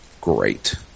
great